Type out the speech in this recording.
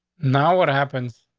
now what happens?